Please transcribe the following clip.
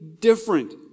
different